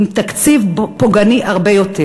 עם תקציב פוגעני הרבה יותר,